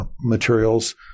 materials